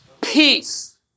Peace